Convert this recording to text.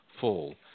fall